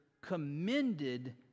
commended